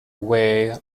way